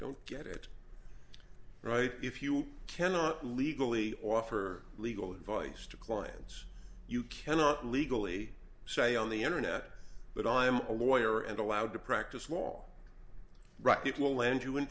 don't get it right if you cannot legally offer legal advice to clients you cannot legally say on the internet but i am a lawyer and allowed to practice law right it will land you in